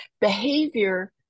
behavior